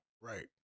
Right